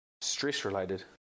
Stress-related